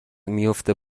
میفته